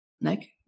Nick